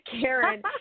Karen